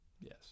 Yes